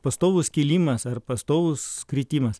pastovus kilimas ar pastovus kritimas